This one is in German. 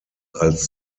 als